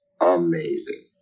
amazing